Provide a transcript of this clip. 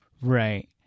Right